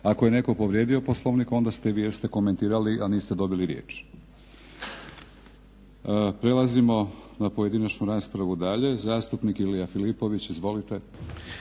Ako je netko povrijedio Poslovnik onda ste vi jer ste komentirali a niste dobili riječ. Prelazimo na pojedinačnu raspravu dalje, zastupnik Ilija Filipović. Izvolite